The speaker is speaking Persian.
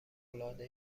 العاده